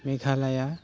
Meghalaya